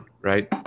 right